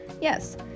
Yes